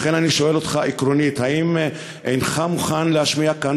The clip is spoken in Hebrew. לכן אני שואל אותך עקרונית: האם אינך מוכן להשמיע כאן,